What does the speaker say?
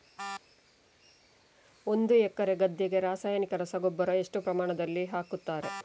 ಒಂದು ಎಕರೆ ಗದ್ದೆಗೆ ರಾಸಾಯನಿಕ ರಸಗೊಬ್ಬರ ಎಷ್ಟು ಪ್ರಮಾಣದಲ್ಲಿ ಹಾಕುತ್ತಾರೆ?